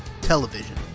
television